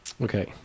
Okay